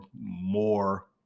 more